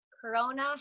corona